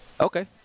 Okay